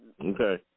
Okay